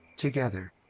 together.